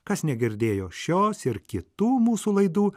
kas negirdėjo šios ir kitų mūsų laidų